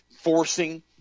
forcing